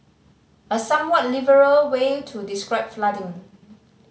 a somewhat liberal way to describe flooding